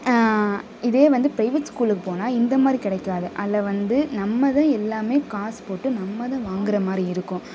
இதே வந்து ப்ரைவேட் ஸ்கூலுக்கு போனால் இந்த மாதிரி கிடைக்காது அதில் வந்து நம்ம தான் எல்லாமே காசு போட்டு நம்ம தான் வாங்குகிற மாதிரி இருக்கும்